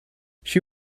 she